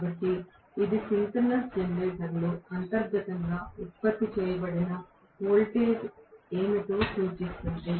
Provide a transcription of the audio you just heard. కాబట్టి ఇది సింక్రోనస్ జెనరేటర్లో అంతర్గతంగా ఉత్పత్తి చేయబడిన వోల్టేజ్ ఏమిటో సూచిస్తుంది